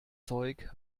zeug